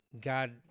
God